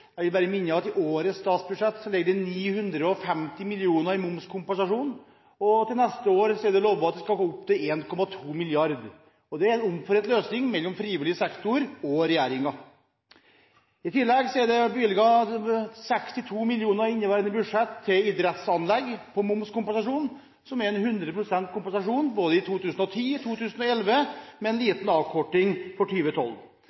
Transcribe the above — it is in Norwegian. Jeg vil bare minne om at i årets statsbudsjett ligger det 950 mill. kr i momskompensasjon, og til neste år er det lovet at det skal gå opp til 1,2 mrd. kr. Det er en omforent løsning mellom frivillig sektor og regjeringen. I tillegg er det i inneværende budsjett bevilget 62 mill. kr til idrettsanlegg – av momskompensasjonen, som er en 100 pst. kompensasjon – og også i 2010 og 2011, med en